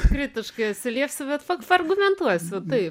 kritiškai atsiliepsiu bet pa paargumentuosiu taip